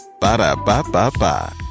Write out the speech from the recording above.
Ba-da-ba-ba-ba